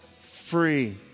free